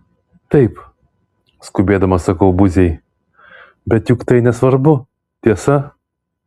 taip skubėdamas sakau buziai bet juk tai nesvarbu tiesa